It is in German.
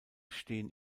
stehen